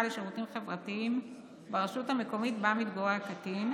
לשירותים חברתיים ברשות המקומית שבה מתגורר הקטין,